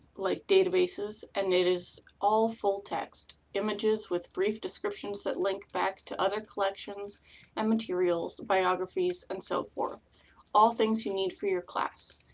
like databases, and it is all full text, images with brief descriptions that link back to other collections and materials, biographies and so forth all things you need for your class.